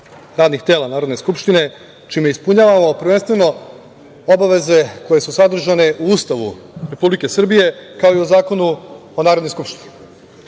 radnih tela Narodne skupštine čime ispunjavamo prvenstveno obaveze koje su sadržane u Ustavu Republike Srbije, kao i u Zakonu o Narodnoj skupštini. Želim